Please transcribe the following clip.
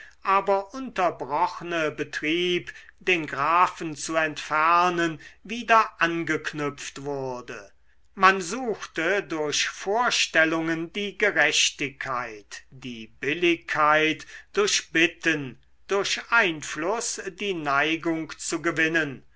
aber unterbrochne betrieb den grafen zu entfernen wieder angeknüpft wurde man suchte durch vorstellungen die gerechtigkeit die billigkeit durch bitten durch einfluß die neigung zu gewinnen